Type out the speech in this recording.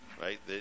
right